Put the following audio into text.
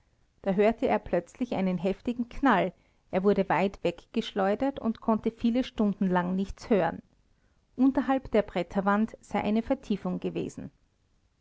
da hörte er plötzlich einen heftigen knall er wurde weit weggeschleudert und konnte viele stunden lang nichts hören unterhalb der bretterwand sei eine vertiefung gewesen